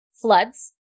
floods